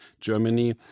Germany